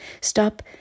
Stop